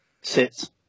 Sit